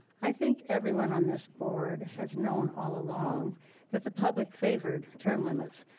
i think everyone on this board has known all along that the public favored term limits,